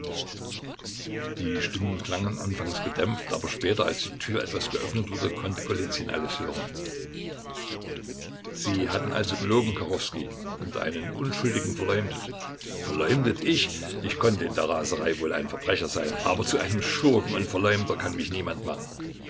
die stimmen klangen anfangs gedämpft aber später als die tür etwas geöffnet wurde konnte golizyn alles hören sie hatten also gelogen kachowskij und einen unschuldigen verleumdet verleumdet ich ich konnte in der raserei wohl ein verbrecher sein aber zu einem schurken und verleumder kann mich niemand machen